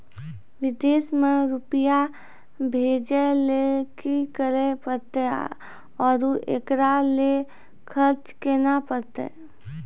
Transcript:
विदेश मे रुपिया भेजैय लेल कि करे परतै और एकरा लेल खर्च केना परतै?